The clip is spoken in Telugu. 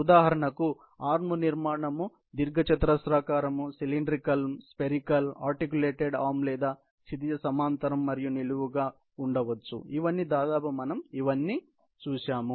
ఉదాహరణకు ఆర్మ్ నిర్మాణం దీర్ఘచతురస్రాకార సీలిండ్రికల్ స్పెరికల్ ఆర్టికులేటెడ్ ఆర్మ్ లేదా క్షితిజ సమాంతర మరియు నిలువుగా ఉంటుంది ఇవన్నీ దాదాపు ఇవన్నీ మనం ఇంతకుముందు చూశాము